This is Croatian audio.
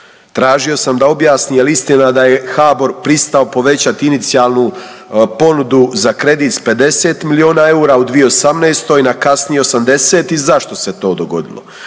Tražio sam da objasni jel' istina da je HBOR pristao povećati inicijalnu ponudu za kredit sa 50 milijuna eura u 2018. na kasnije 80 i zašto se to dogodilo.